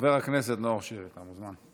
חבר הכנסת נאור שירי, אתה מוזמן.